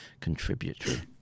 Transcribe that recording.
Contributory